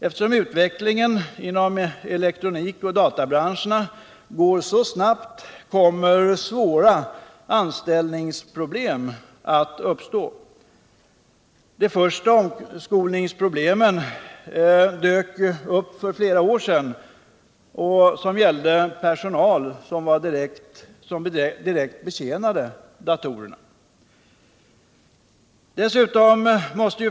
Eftersom utvecklingen inom elektronikoch databranscherna går så snabbt, kommer svåra omställningsproblem att uppstå. De första omskolningsproblemen dök upp för flera år sedan. De gällde personal som direkt betjänade datorerna.